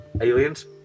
Aliens